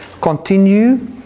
continue